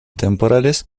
temporales